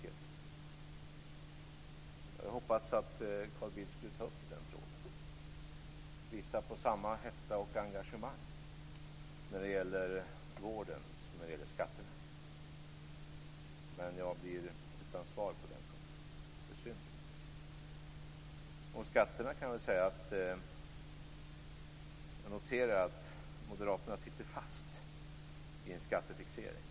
Jag hade hoppats att Carl Bildt skulle ta upp den tråden, att han skulle visa på samma hetta och engagemang när det gäller vården som när det gäller skatterna. Men jag blir utan svar på den punkten. Det är synd. När det gäller skatterna noterar jag att moderaterna sitter fast i en skattefixering.